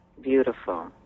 beautiful